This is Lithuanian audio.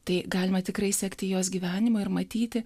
tai galima tikrai sekti jos gyvenimą ir matyti